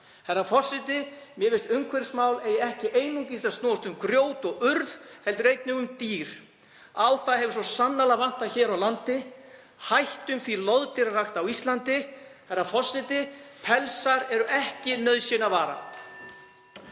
Herra forseti. Mér finnst að umhverfismál eigi ekki einungis að snúast um grjót og urð heldur einnig um dýr. Það hefur svo sannarlega vantað hér á landi. Hættum því loðdýrarækt á Íslandi. Herra forseti. Pelsar eru ekki nauðsynjavara.